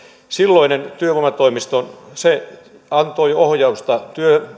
silloinen työvoimatoimisto antoi ohjausta